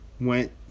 went